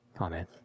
Amen